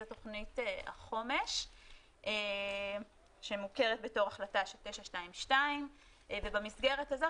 זו תוכנית החומש שמוכרת בתור החלטה של 922. במסגרת הזאת